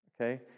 okay